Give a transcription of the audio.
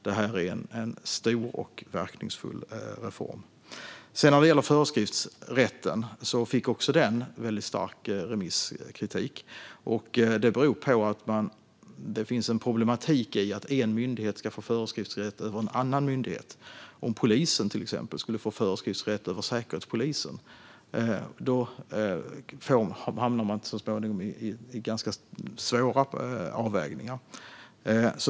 Det här är en stor och verkningsfull reform. När det gäller föreskriftsrätten fick också den väldigt skarp remisskritik. Det beror på att det finns en problematik i att en myndighet ska få föreskriftsrätt över en annan myndighet. Om till exempel polisen skulle få föreskriftsrätt över Säkerhetspolisen skulle man så småningom hamna i ganska svåra avvägningar.